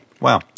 wow